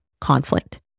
conflict